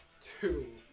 Two